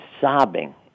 sobbing